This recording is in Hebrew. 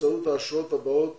באמצעות האשרות הבאות